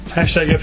Hashtag